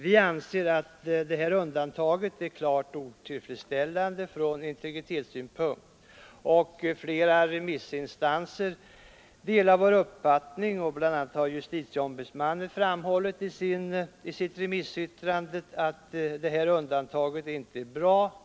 Vi anser att det här undantaget är klart otillfredsställande från integritetssynpunkt. Flera remissinstanser delar vår uppfattning. Bl.a. har JO framhållit i sitt remissyttrande, att detta undantag inte är bra.